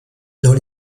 dans